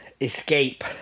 Escape